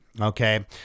Okay